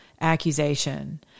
accusation